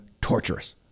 torturous